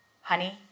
honey